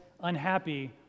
unhappy